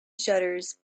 shutters